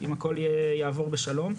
אם הכול יעבור בשלום.